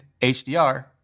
HDR